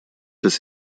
des